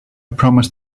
promised